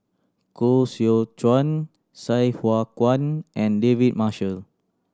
Koh Seow Chuan Sai Hua Kuan and David Marshall